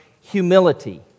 humility